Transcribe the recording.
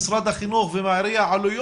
78% מהמשפחות בירושלים המזרחית מתחת לקו העוני,